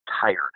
tired